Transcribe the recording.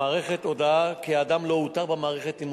והמערכת מוציאה הודעה שהאדם לא אותר במערכת.